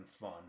fun